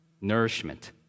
Nourishment